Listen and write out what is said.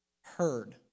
heard